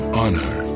honor